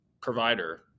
provider